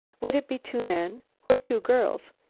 would it be two men or two girls?